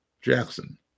Jackson